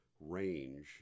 range